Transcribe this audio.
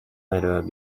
قرار